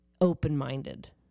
open-minded